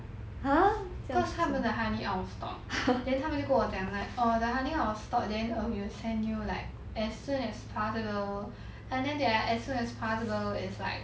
cause 他们的 honey out of stock then 他们就跟我讲 like err the honey out of stock then we will send you like as soon as possible ah then 他们 the as soon as possible is like